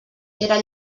eren